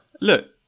look